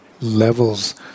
Levels